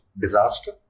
disaster